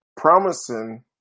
promising